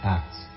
Acts